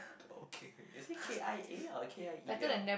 okay is it K_I_A or K_I_E_L